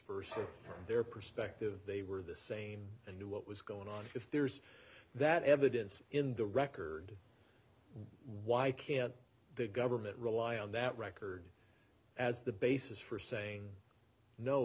versa their perspective they were the same and knew what was going on if there's that evidence in the record why can't the government rely on that record as the basis for saying no